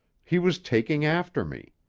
he was taking after me.